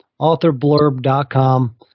authorblurb.com